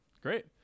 Great